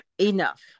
enough